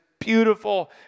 beautiful